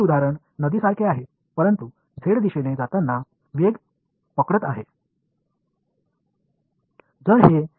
என்னிடம் உள்ள அடுத்த எடுத்துக்காட்டு நதி போன்றது ஆனால் அது z திசையில் செல்லும்போது வேகத்தை பிடிக்கிறது